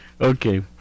Okay